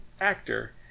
actor